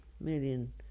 million